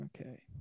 okay